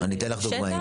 לדוגמא,